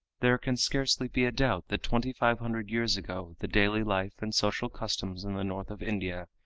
there can scarcely be a doubt that twenty-five hundred years ago the daily life and social customs in the north of india,